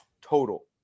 total